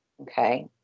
Okay